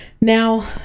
Now